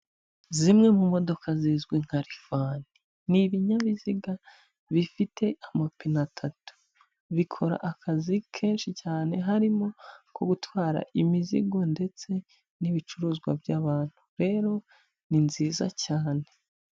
Zimwe mu modoka zizwi nka rifani, ni ibinyabiziga bifite amapine atatu, bikora akazi kenshi cyane, harimo ako gutwara imizigo ndetse n'ibicuruzwa by'abantu, rero ni nziza cyane.